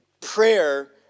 prayer